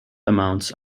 amounts